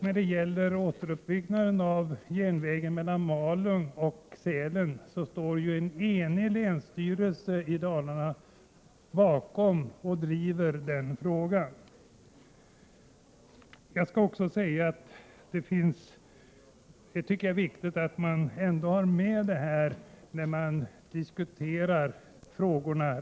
När det gäller återuppbyggnaden av järnvägen mellan Malung och Sälen driver en enig länsstyrelse i Dalarna frågan. Jag tycker det är viktigt att ha med detta redan i dag när man diskuterar dessa frågor.